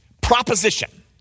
proposition